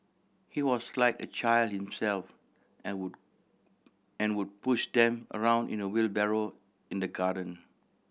he was like a child himself and would and would push them around in a wheelbarrow in the garden